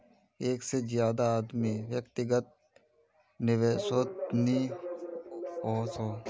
एक से ज्यादा आदमी व्यक्तिगत निवेसोत नि वोसोह